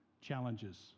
challenges